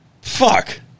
Fuck